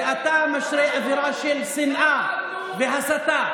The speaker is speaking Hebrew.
ואתה משרה אווירה של שנאה והסתה.